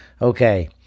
Okay